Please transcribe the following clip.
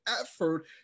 effort